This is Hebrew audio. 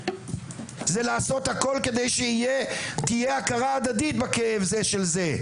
זה לעשות הכל כדי שיהיה תהיה הכרה הדדית בכאב זה של זה.